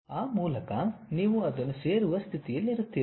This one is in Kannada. ಆ ಮೂಲಕ ನೀವು ಅದನ್ನು ಸೇರುವ ಸ್ಥಿತಿಯಲ್ಲಿರುತ್ತೀರಿ